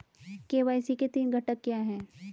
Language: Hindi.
के.वाई.सी के तीन घटक क्या हैं?